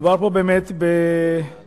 מדובר פה באמת בשחיקה